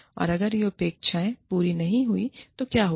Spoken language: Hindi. और अगर ये अपेक्षाएँ पूरी नहीं हुईं तो क्या होगा